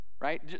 right